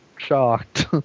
shocked